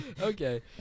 Okay